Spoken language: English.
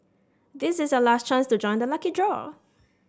this is your last chance to join the lucky draw